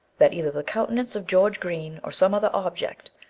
that either the countenance of george green, or some other object,